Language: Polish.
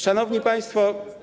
Szanowni Państwo!